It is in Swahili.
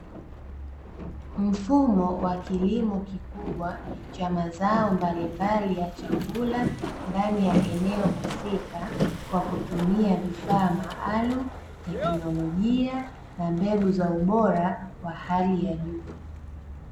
Mfumo wa kilimo kikubwa cha mazao mbalimbali ya chakula ndani ya eneo husika kwa kutumia vifaa maalumu, tekinolojia na mbegu za ubora wa hali ya juu.